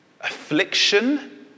affliction